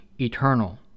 eternal